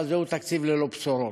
אבל זהו תקציב ללא בשורות.